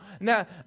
now